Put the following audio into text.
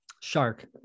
Shark